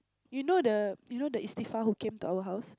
you know the you know the who came to our house